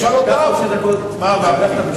תשאל אותם מה אמרתי.